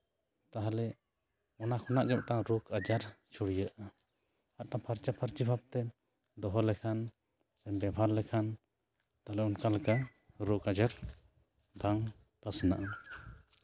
ᱛᱟᱦᱚᱞᱮ ᱚᱱᱟ ᱠᱷᱚᱱᱟᱜ ᱢᱤᱫᱴᱟᱱ ᱨᱳᱜᱽ ᱟᱡᱟᱨ ᱪᱷᱩᱲᱭᱟᱹᱜᱼᱟ ᱢᱤᱫᱴᱟᱱ ᱯᱷᱟᱨᱪᱟᱼᱯᱷᱟᱨᱪᱤ ᱵᱷᱟᱵᱽᱛᱮ ᱫᱚᱦᱚ ᱞᱮᱠᱷᱟᱱ ᱥᱮᱢ ᱵᱮᱵᱷᱟᱨ ᱞᱮᱠᱷᱟᱱ ᱛᱟᱦᱞᱮ ᱚᱱᱠᱟ ᱞᱮᱠᱟ ᱨᱳᱜᱽ ᱟᱡᱟᱨ ᱵᱟᱝ ᱯᱟᱥᱱᱟᱜᱼᱟ